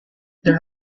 there